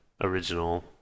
original